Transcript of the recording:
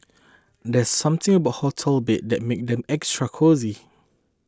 there's something about hotel beds that makes them extra cosy